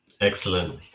Excellent